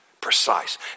Precise